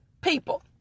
people